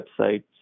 websites